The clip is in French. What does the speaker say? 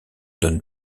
donne